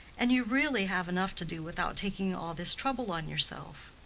and you really have enough to do without taking all this trouble on yourself.